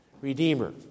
Redeemer